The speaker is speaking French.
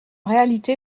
réalité